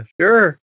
Sure